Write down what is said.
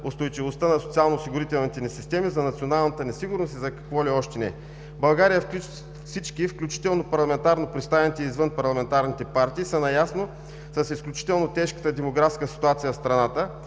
на социално осигурителните ни системи, за националната ни сигурност и за какво ли още не. В България всички, включително парламентарно представените извънпарламентарните партии, са наясно с изключително тежката демографска ситуация в страната.